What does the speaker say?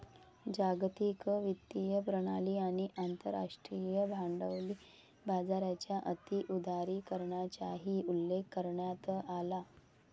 जागतिक वित्तीय प्रणाली आणि आंतरराष्ट्रीय भांडवली बाजाराच्या अति उदारीकरणाचाही उल्लेख करण्यात आला